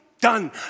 done